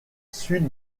sud